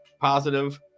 positive